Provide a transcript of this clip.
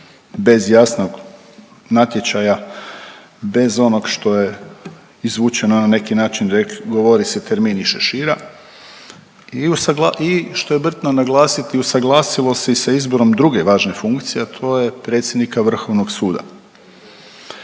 bez jasnog natječaja, bez onog što je izvučeno na neki način govori se termin iz šešira i usagla…, i što je bitno naglasiti usaglasilo se i sa izborom druge važne funkcije, a to je predsjednika Vrhovnog suda.